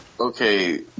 Okay